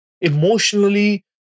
emotionally